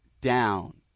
down